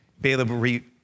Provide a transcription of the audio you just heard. Balaam